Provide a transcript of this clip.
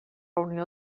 unió